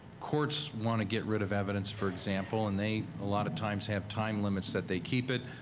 courts want to get rid of evidence for example, and they a lot of times have time limits that they keep it.